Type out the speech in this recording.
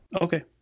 Okay